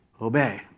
obey